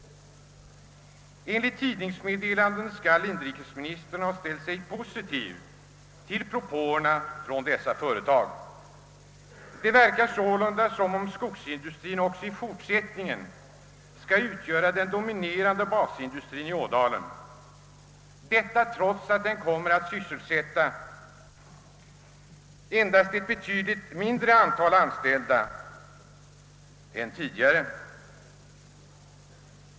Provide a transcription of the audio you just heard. Enligt tidningsmeddelande skall inrikesministern ha ställt sig positiv till propåerna från dessa företag. Det verkar sålunda som om skogsindustrien också i fortsättningen skall få utgöra den dominerande basindustrien i Ådalen — detta trots att den kommer att sysselsätta ett betydligt mindre antal anställda än tidigare.